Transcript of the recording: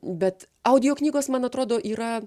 bet audio knygos man atrodo yra